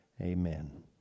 amen